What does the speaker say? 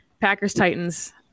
Packers-Titans